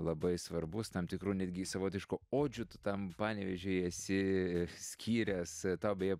labai svarbus tam tikrų netgi savotiškų odžių tu tam panevėžiui esi skyręs tau beje